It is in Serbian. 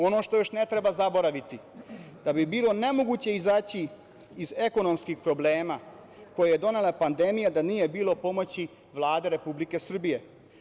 Ono što još ne treba zaboraviti, bilo bi nemoguće izaći iz ekonomskih problema koje je donela pandemija da nije bilo pomoći Vlade Republike Srbije.